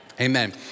Amen